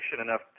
enough